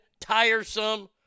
tiresome